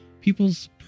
people's